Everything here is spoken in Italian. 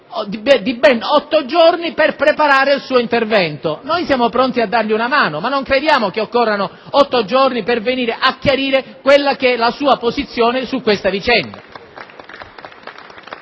di ben otto giorni per preparare il suo intervento. Noi siamo pronti a dargli una mano, ma non crediamo che occorrano otto giorni per venire a chiarire qual è la sua posizione su questa vicenda.